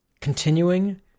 continuing